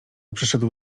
przyszedł